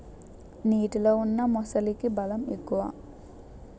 నీటిలో ఉన్న మొసలికి బలం ఎక్కువ